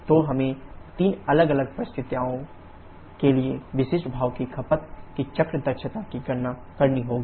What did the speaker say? तो हमें तीन अलग अलग स्थितियों के लिए विशिष्ट भाप की खपत की चक्र दक्षता की गणना करनी होगी